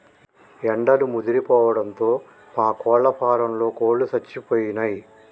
ఎండలు ముదిరిపోవడంతో మా కోళ్ళ ఫారంలో కోళ్ళు సచ్చిపోయినయ్